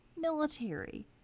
military